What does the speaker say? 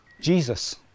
Jesus